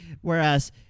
whereas